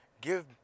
Give